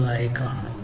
അതിനാൽ 22